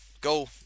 go